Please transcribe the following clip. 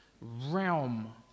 realm